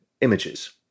images